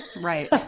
Right